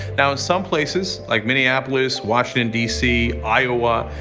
now, in some places like minneapolis, washington, d c, iowa,